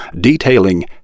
detailing